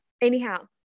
anyhow